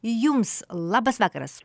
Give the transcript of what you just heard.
jums labas vakaras